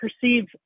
perceive